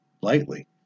lightly